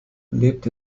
lebt